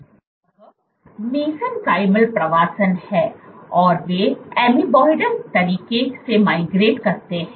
यह मेसेनकाइमल प्रवासन है और वे एमोइबाइडल तरीके से माइग्रेट करते हैं